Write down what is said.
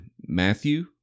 Matthew